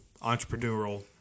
entrepreneurial